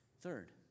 Third